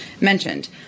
mentioned